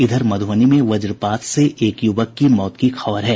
इधर मधुबनी में वज्रपात से एक युवक की मौत की खबर है